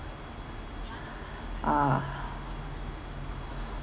ah